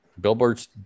billboards